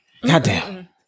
Goddamn